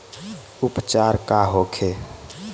उपचार का होखे?